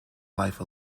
life